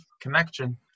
connection